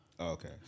Okay